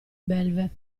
belve